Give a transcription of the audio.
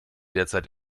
derzeit